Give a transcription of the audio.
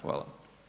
Hvala.